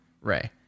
Ray